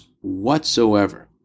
whatsoever